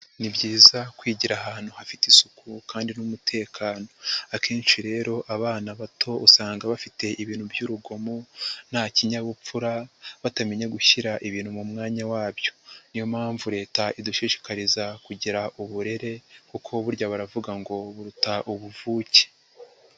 Ni byiza kwigira ahantu hafite isuku kandi n'umutekano, akenshi rero abana bato usanga bafite ibintu by'urugomo nta kinyabupfura batamenya gushyira ibintu mu mwanya wabyo, ni yo mpamvu Leta idushishikariza kugira uburere kuko burya baravuga ngo buruta ubuvuke.